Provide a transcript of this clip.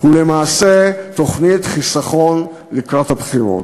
הוא למעשה תוכנית חיסכון לקראת הבחירות,